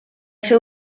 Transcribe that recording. ser